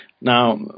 Now